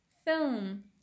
film